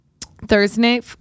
Thursday